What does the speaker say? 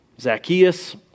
Zacchaeus